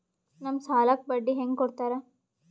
ನಮ್ ಸಾಲಕ್ ಬಡ್ಡಿ ಹ್ಯಾಂಗ ಕೊಡ್ತಾರ?